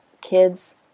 kids